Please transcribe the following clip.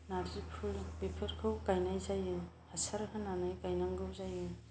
नारजि फुल बेफोरखौ गायनाय जायो हासार होनानै गायनांगौ जायो